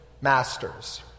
masters